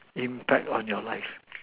impact on your life